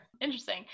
Interesting